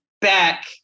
back